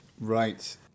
Right